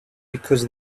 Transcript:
because